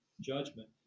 judgment